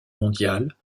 mondiale